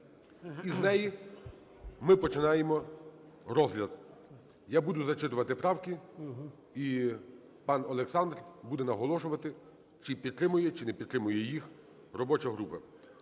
І з неї ми починаємо розгляд. Я буду зачитувати правки, і пан Олександр буде наголошувати, чи підтримує, чи не підтримує їх робоча група.